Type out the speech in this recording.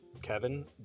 Kevin